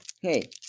hey